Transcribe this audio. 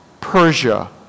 Persia